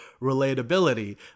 relatability